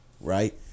right